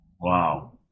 Wow